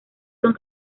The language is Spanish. son